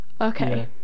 okay